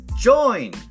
Join